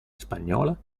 spagnola